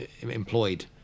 employed